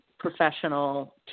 professional